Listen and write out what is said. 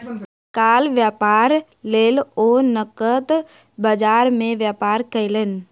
तत्काल व्यापारक लेल ओ नकद बजार में व्यापार कयलैन